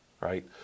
right